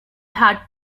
had